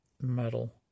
metal